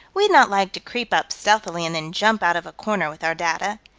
we'd not like to creep up stealthily and then jump out of a corner with our data.